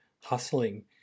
hustling